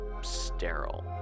sterile